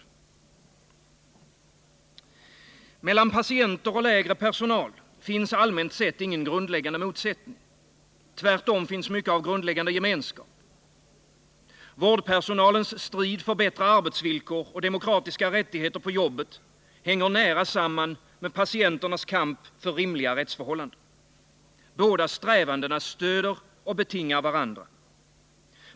Tisdagen den Mellan patienter och lägre personal finns allmänt sett ingen grundläggande 18 december 1979 motsättning. Tvärtom finns mycket av grundläggande gemenskap. Vårdpersonalens strid för bättre arbetsvillkor och demokratiska rättigheter på jobbet hänger nära samman med patienternas kamp för rimliga rättsförhållanden. Båda strävandena stöder och betingar varandra.